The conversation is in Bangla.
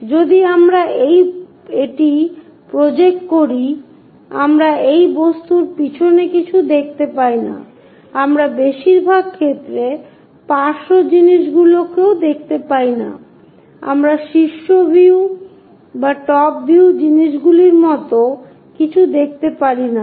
যদি আমরা এটি প্রজেক্ট করি আমরা সেই বস্তুর পেছনের কিছু দেখতে পাই না আমরা বেশিরভাগ ক্ষেত্রে পার্শ্ব জিনিসগুলিও দেখতে পাই না আমরা শীর্ষ ভিউ জিনিসগুলির মতোও কিছু দেখতে পারি না